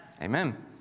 Amen